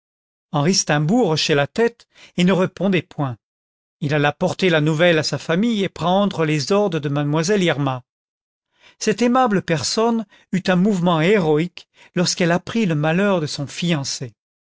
henri steimbourg hochait la tête et ne répondait point il alla porter la nouvelle à sa famille et prendre les ordres de mademoiselle irma cette aimable personne eut un mouvement héroïque lorsqu'elle apprit le malheur de son fiancé